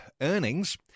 earnings